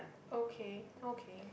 okay okay